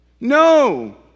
No